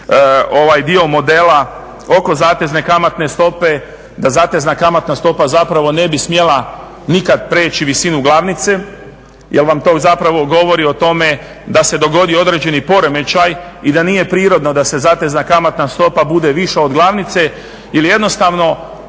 ovaj dio modela oko zatezne kamatne stope da zatezna kamatna stopa zapravo ne bi smjela nikad prijeći visinu glavnice jer vam to zapravo govori o tome da se dogodi određeni poremećaj i da nije prirodno da zatezna kamatna stopa bude viša od glavnice. Ili jednostavno